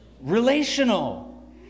relational